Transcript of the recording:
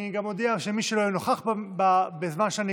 אני גם מודיע שמי שלא יהיה נוכח בזמן שאני